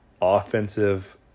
offensive